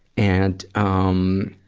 and, um,